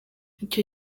icyo